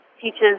teaches